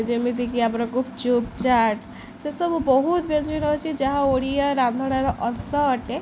ଯେମିତିକି ଆମର ଗୁପ୍ଚୁପ୍ ଚାଟ୍ ସେ ସବୁ ବହୁତ ବ୍ୟଞ୍ଜନ ଅଛି ଯାହା ଓଡ଼ିଆ ରାନ୍ଧଣାର ଅଂଶ ଅଟେ